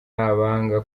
abanga